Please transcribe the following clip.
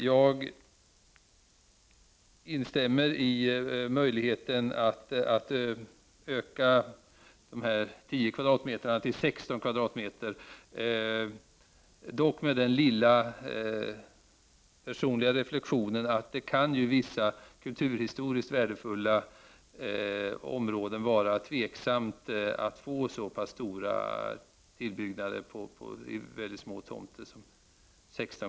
Jag instämmer i åsikten att det bör ges möjlighet att öka ytan från 10 till 16 m?, dock med den lilla, personliga reflektionen att det i vissa kulturhistoriskt värdefulla områden kan vara tveksamt att få så stora tillbyggnader på mycket små tomter.